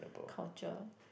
culture